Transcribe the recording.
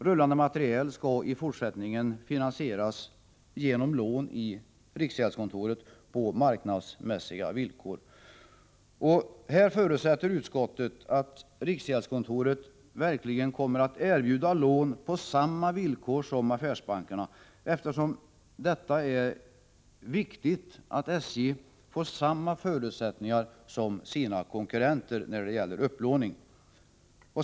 Rullande materiel skall i fortsättningen finansieras genom lån i riksgäldskontoret på marknadsmässiga villkor. Här förutsätter utskottet att riksgäldskontoret verkligen kommer att erbjuda lån på samma villkor som affärsbankerna. Det är nämligen viktigt att SJ får samma förutsättningar som sina konkurrenter när det gäller upplåning.